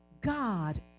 God